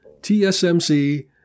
TSMC